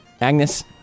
Agnes